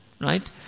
Right